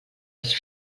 els